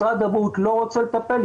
משרד הבריאות לא רוצה לטפל,